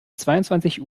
zweiundzwanzig